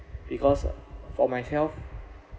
because for myself